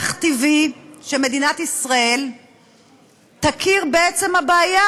אך טבעי שמדינת ישראל תכיר בעצם הבעיה